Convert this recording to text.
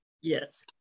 Yes